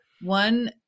one